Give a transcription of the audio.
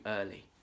early